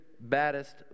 baddest